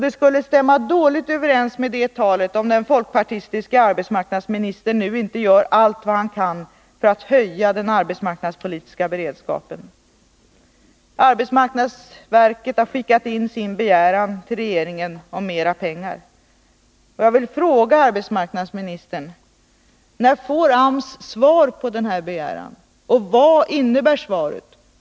Det skulle stämma dåligt överens med det talet om den folkpartistiske arbetsmarknadsministern nu inte gör allt vad han kan för att höja den arbetsmarknadspolitiska beredskapen. Arbetsmarknadsverket har skickat in sin begäran till regeringen. Jag vill fråga arbetsmarknadsministern: När får AMS svar, och vad innebär svaret?